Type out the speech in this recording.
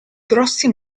grossi